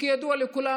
כידוע לכולם,